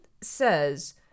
says